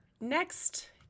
next